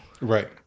Right